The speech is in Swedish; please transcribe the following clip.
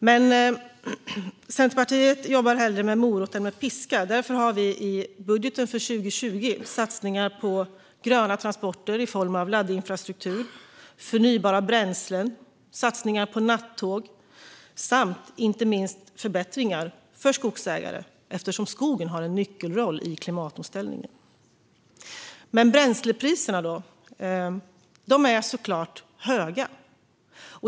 Men Centerpartiet jobbar hellre med morot än med piska. Därför har vi i budgeten för 2020 satsningar på gröna transporter i form av laddinfrastruktur, förnybara bränslen, nattåg samt, inte minst, förbättringar för skogsägare, eftersom skogen har en nyckelroll i klimatomställningen. Men bränslepriserna då? De är såklart höga.